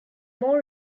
more